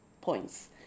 points